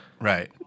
right